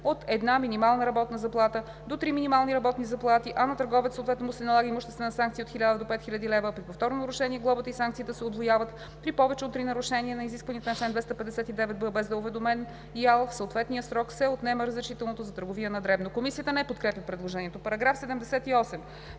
от една минимална работна заплата до три минимални работни заплати, а на търговеца съответно му се налага имуществена санкция от 1000 до 5000 лв., а при повторно нарушение глобата и санкцията се удвояват. При повече от три нарушения на изискванията на чл. 259б, без да е уведомен ИАЛ в съответния срок, се отнема разрешителното за търговия на дребно.“ Комисията не подкрепя предложението. По § 78